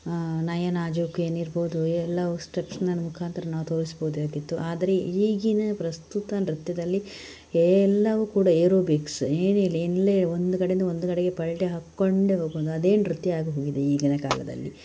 ನಯ ನಾಜೂಕು ಏನಿರ್ಬೋ ದು ಎಲ್ಲವೂ ಸ್ಟೆಪ್ಸ್ನ ಮುಖಾಂತರ ನಾವು ತೋರಿಸ್ಬೋದಾಗಿತ್ತು ಆದರೆ ಈಗಿನ ಪ್ರಸ್ತುತ ನೃತ್ಯದಲ್ಲಿ ಎಲ್ಲವೂ ಕೂಡ ಏರೋಬಿಕ್ಸ್ ಏನೇ ಇರಲಿ ಎಲ್ಲೇ ಒಂದು ಕಡೆಯಿಂದ ಒಂದು ಕಡೆಗೆ ಪಲ್ಟಿ ಹಾಕ್ಕೊಂಡೆ ಹೋಗೋದು ಅದೇ ನೃತ್ಯ ಆಗಿ ಹೋಗಿದೆ ಈಗಿನ ಕಾಲದಲ್ಲಿ